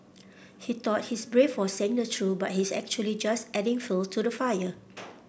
he thought he's brave for saying the truth but he's actually just adding fuel to the fire